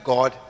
God